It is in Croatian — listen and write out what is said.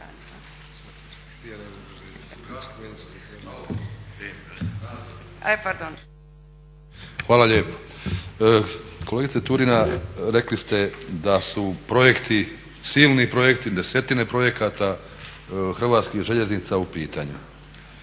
Hvala lijepo. Kolegice Turina rekli ste da su projekti, silni projekti, desetine projekata Hrvatskih željeznica u pitanju.